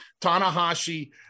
Tanahashi